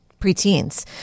preteens